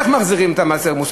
איך מחזירים את מס הערך המוסף.